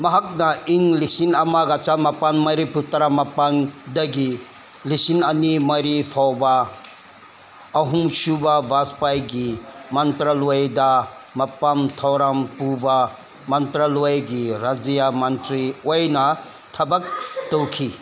ꯃꯍꯥꯛꯅ ꯏꯪ ꯂꯤꯁꯤꯡ ꯑꯃꯒ ꯆꯥꯃꯥꯄꯟ ꯃꯔꯤꯐꯨ ꯇꯔꯥ ꯃꯥꯄꯟꯗꯒꯤ ꯂꯤꯁꯤꯡ ꯑꯅꯤ ꯃꯔꯤ ꯐꯥꯎꯕ ꯑꯍꯨꯝ ꯁꯨꯕ ꯕꯥꯁꯄꯥꯏꯒꯤ ꯃꯟꯇ꯭ꯔꯂꯣꯏꯗ ꯃꯄꯥꯟ ꯊꯧꯔꯝ ꯄꯨꯕ ꯃꯟꯇ꯭ꯔꯂꯣꯏꯒꯤ ꯔꯥꯖ꯭ꯌꯥ ꯃꯟꯇ꯭ꯔꯤ ꯑꯣꯏꯅ ꯊꯕꯛ ꯇꯧꯈꯤ